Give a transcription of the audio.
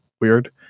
weird